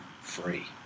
free